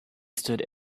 stood